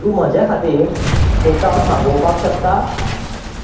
तूं म्हज्या खातीर टेक आवट मागोवपाक शकता